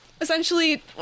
essentially